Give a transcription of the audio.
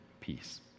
peace